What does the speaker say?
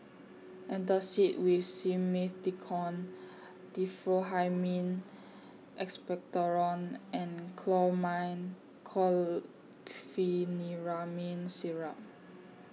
Antacid with Simethicone Diphenhydramine Expectorant and Chlormine Chlorpheniramine Syrup